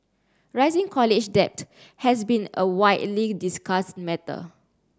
rising college debt has been a widely discussed matter